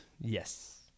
Yes